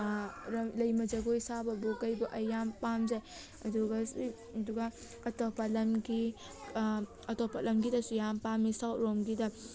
ꯂꯩꯃ ꯖꯒꯣꯏ ꯁꯥꯕꯕꯨ ꯀꯩꯕꯨ ꯑꯩ ꯌꯥꯝ ꯄꯥꯝꯖꯩ ꯑꯗꯨꯒ ꯑꯗꯨꯒ ꯑꯇꯣꯞꯄ ꯂꯝꯒꯤ ꯑꯇꯣꯞꯄ ꯂꯝꯒꯤꯗꯁꯨ ꯌꯥꯝ ꯄꯥꯝꯃꯤ ꯁꯥꯎꯠ ꯂꯣꯝꯒꯤꯗ